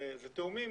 אלה תיאומים